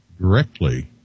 directly